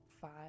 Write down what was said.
five